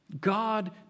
God